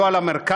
לא על המרכז,